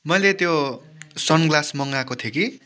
मैले त्यो sunglass मँगाएको थिएँ कि